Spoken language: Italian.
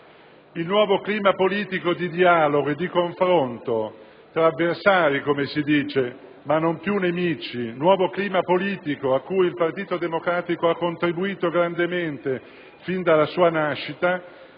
Il nuovo clima politico di dialogo e di confronto tra avversari non più nemici, nuovo clima politico a cui il Partito Democratico ha contribuito grandemente fin dalla sua nascita,